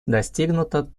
достигнута